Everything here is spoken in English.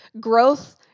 growth